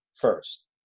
first